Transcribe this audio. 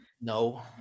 No